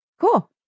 Cool